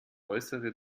äußere